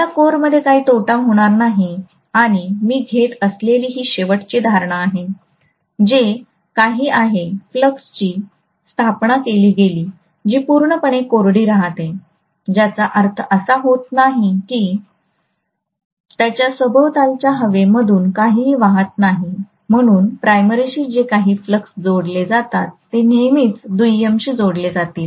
मला कोरमध्ये काही तोटा होणार नाही आणि मी घेत असलेली ही शेवटची धारणा आहे जे काही आहे फ्लाक्सची स्थापना केली गेली जी पूर्णपणे कोरडी राहते ज्याचा अर्थ असा होत नाही की त्याच्या सभोवतालच्या हवेमधून काहीही वाहत नाही म्हणून प्राइमरीशी जे काही फ्लक्स जोडले जातात ते नेहमीच दुय्यमशी जोडले जातील